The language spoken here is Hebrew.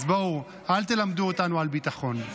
אז בואו, אל תלמדו אותנו על ביטחון.